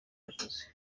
yakoze